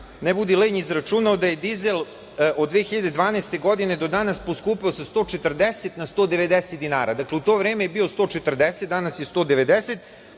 ne budi lenj, izračunao da je dizel od 2012. godine do danas poskupeo sa 140 na 190 dinara. Dakle, u to vreme je bio 140, a danas je 190